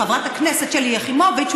חברת הכנסת שלי יחימוביץ,